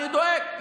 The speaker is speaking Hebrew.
אני דואג,